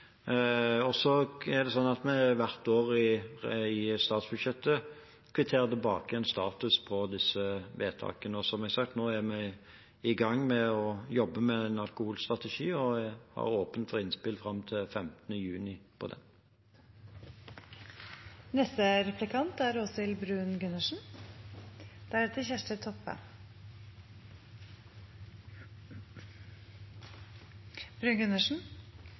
Så er det slik at vi hvert år i statsbudsjettet kvitterer tilbake en status for disse vedtakene. Som jeg har sagt: Nå er vi i gang med å jobbe med en alkoholstrategi, og det er åpent for innspill fram til 15. juni